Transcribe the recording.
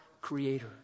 Creator